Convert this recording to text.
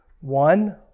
One